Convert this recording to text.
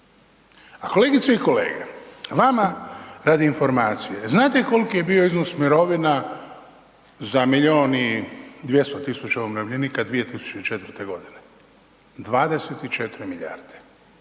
A kolegice i kolege, vama radi informacije jel znate koliki je bio iznos mirovina za milijun i 200 tisuća umirovljenika 2004. godine? 24 milijarde.